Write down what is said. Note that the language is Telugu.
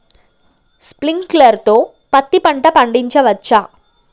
స్ప్రింక్లర్ తో పత్తి పంట పండించవచ్చా?